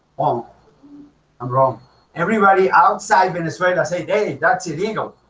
all um wrong everybody outside venezuela say hey, that's illegal